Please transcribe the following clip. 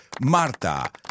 Marta